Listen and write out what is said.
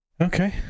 Okay